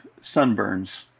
sunburns